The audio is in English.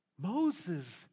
Moses